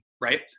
Right